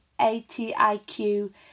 A-T-I-Q